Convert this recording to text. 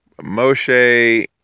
Moshe